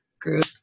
group